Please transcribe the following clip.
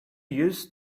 used